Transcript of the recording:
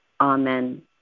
Amen